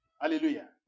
Hallelujah